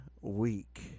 week